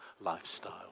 lifestyle